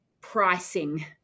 pricing